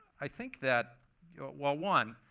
i think that well, one,